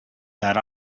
that